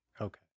Okay